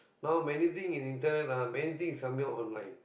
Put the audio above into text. now many thing in internet ah many thing is submit online